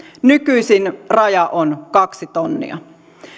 nykyisin raja on kaksi tonnia